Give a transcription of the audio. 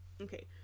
Okay